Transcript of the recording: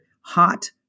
hot